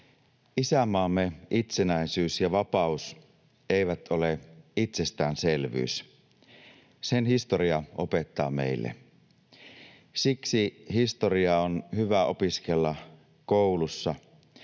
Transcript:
Isänmaamme itsenäisyys ja vapaus eivät ole itsestäänselvyys, sen historia opettaa meille. Siksi historiaa on hyvä opiskella koulussa: